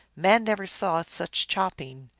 man never saw such chopping!